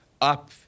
up